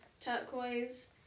turquoise